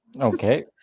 Okay